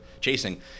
chasing